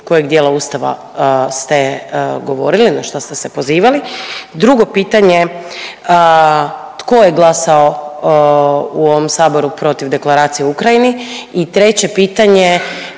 kojeg dijela ustava ste govorili, na šta ste se pozivali? Drugo pitanje, tko je glasao u ovom saboru protiv Deklaracije o Ukrajini? I treće pitanje,